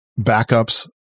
backups